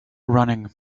running